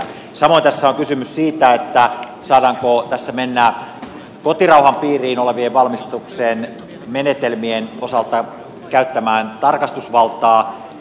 samoin tässä on kysymys siitä saadaanko tässä mennä kotirauhan piirissä olevan valmistuksen menetelmien osalta käyttämään tarkastusvaltaa